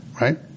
Right